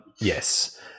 Yes